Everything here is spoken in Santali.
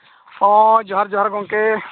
ᱦᱮᱸ ᱡᱚᱦᱟᱨ ᱡᱚᱦᱟᱨ ᱜᱚᱢᱠᱮ